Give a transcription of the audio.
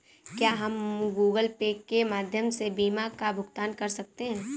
क्या हम Google Pay के माध्यम से बीमा का भुगतान कर सकते हैं?